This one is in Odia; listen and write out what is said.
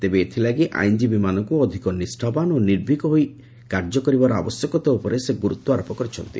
ତେବେ ଏଥିଲାଗି ଆଇନ୍ଜୀବୀମାନଙ୍କୁ ଅଧିକ ନିଷାବାନ ଓ ନିର୍ଭିକ ହୋଇ ଏଦିଗରେ କାର୍ଯ୍ୟ କରିବାର ଆବଶ୍ୟକତା ଉପରେ ସେ ଗୁରୁତ୍ୱାରୋପ କରିଛନ୍ତି